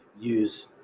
use